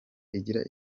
igira